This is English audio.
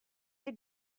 they